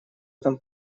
этом